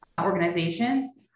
organizations